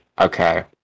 okay